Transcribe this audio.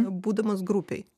būdamas grupėj